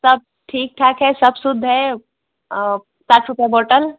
सब ठीक ठाक है सब शुद्ध है पाँच रुपये बोटल